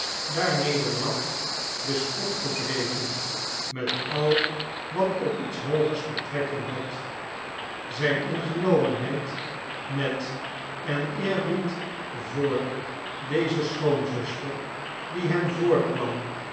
daarneder lag den spot gedreven met al wat op iets hoogers betrekking had zijn ingenomenheid met en eerbied voor deze schoonzuster die hem voorkwam